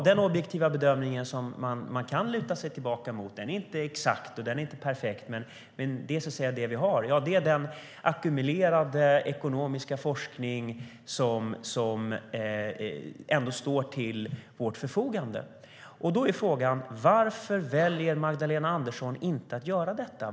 Den objektiva bedömning man kan luta sig mot är inte exakt och perfekt, men det är den vi har, och det är den ackumulerade ekonomiska forskning som står till vårt förfogande. Varför väljer Magdalena Andersson att inte göra detta?